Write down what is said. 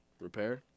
repair